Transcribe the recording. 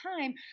time